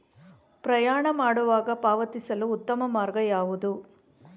ಪ್ರಯಾಣ ಮಾಡುವಾಗ ಪಾವತಿಸಲು ಉತ್ತಮ ಮಾರ್ಗ ಯಾವುದು?